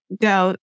go